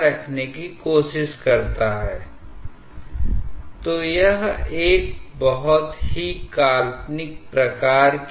सवाल यह है कि क्या यह प्रवाह दर का पता लगाने का एक बहुत विश्वसनीय तरीका है